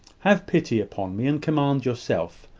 have pity upon me, and command yourself.